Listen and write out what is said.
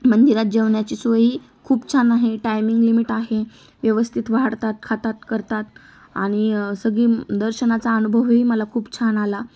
मंदिरात जेवणाची सोय ही खूप छान आहे टायमिंग लिमिट आहे व्यवस्थित वाढतात खातात करतात आणि सगळी दर्शनाचा अनुभवही मला खूप छान आला